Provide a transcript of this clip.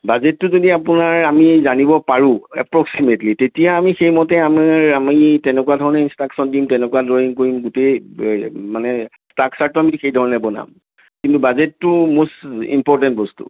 বাজেটটো যদি আপোনাৰ আমি জানিব পাৰোঁ এপ্ৰক্সিমে'টলী তেতিয়া আমি সেইমতে আমাৰ আমি তেনেকুৱা ধৰণে ইনষ্ট্ৰাকশ্য়ন দিম তেনেকুৱা ড্ৰয়িং কৰিম গোটেই মানে ষ্ট্ৰাকচাৰটো সেইধৰণে বনাম কিন্তু বাজেটটো মোষ্ট ইম্প'ৰ্টেণ্ট বস্তু